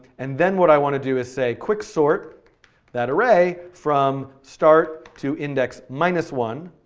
and then what i want to do is say quicksort that array from start to index minus one,